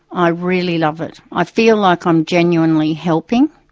i really love it. i feel like i'm genuinely helping.